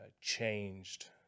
changed